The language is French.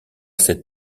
cet